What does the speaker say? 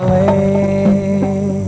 a